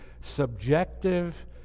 subjective